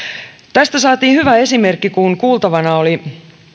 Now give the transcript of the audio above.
tästä saatiin hyvä esimerkki kun kuultavana oli